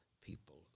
People